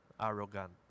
arrogant